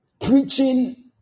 preaching